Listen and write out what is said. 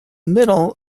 middle